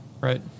Right